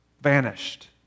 vanished